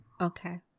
Okay